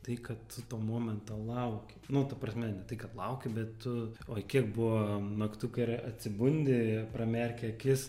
tai kad tu to momento lauki nu ta prasme ne tai kad lauki bet tu oi kiek buvo naktų kai ir atsibundi pramerki akis